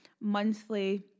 monthly